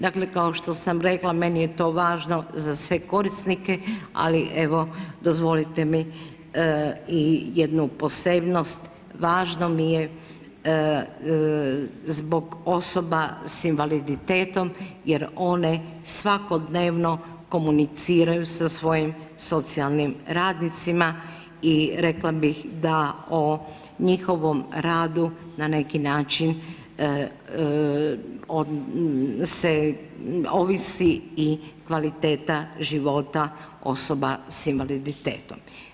Dakle, kao što sam rekla, meni je to važno za sve korisnike, ali, evo, dozvolite mi i jednu posebnost, važno mi je zbog osoba s invaliditetom jer one svakodnevno komuniciraju sa svojim socijalnim radnicima i rekla bih da o njihovom radu, na neki način, ovisi i kvaliteta života osoba sa invaliditetom.